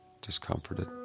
discomforted